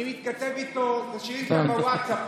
אני מתכתב איתו על השאילתה גם בווטסאפ.